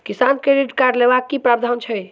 किसान credit card लेबाक की प्रावधान छै?